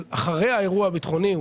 אבל אחרי האירוע הביטחוני,